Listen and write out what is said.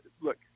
Look